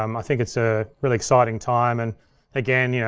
um i think it's a really exciting time, and again, yeah